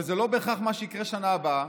וזה לא בהכרח מה שיקרה בשנה הבאה,